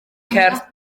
cerdd